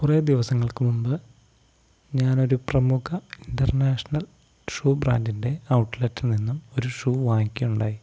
കുറേ ദിവസങ്ങൾക്കു മുമ്പു ഞാനൊരു പ്രമുഖ ഇൻറർനാഷണൽ ഷൂ ബ്രാൻഡിൻ്റെ ഔട്ട്ലെറ്റില് നിന്നും ഒരു ഷൂ വാങ്ങിക്കുകയുണ്ടായി